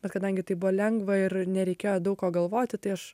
bet kadangi tai buvo lengva ir nereikėjo daug ko galvoti tai aš